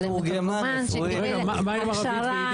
אלא מתורגמן שקיבל הכשרה.